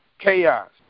chaos